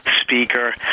speaker